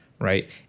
Right